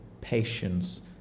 patience